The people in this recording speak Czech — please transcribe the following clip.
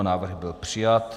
Návrh byl přijat.